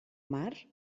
mar